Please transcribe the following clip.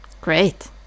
Great